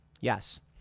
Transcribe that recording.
Yes